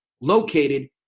located